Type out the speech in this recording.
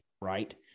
right